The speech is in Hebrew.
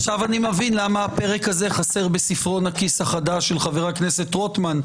עכשיו אני מבין למה הפרק הזה חסר בספרון הכיס החדש של חבר הכנסת רוטמן,